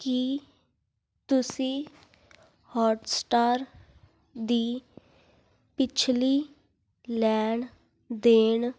ਕੀ ਤੁਸੀਂਂ ਹੌਟਸਟਾਰ ਦੀ ਪਿਛਲੀ ਲੈਣ ਦੇਣ